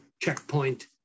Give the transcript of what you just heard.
checkpoint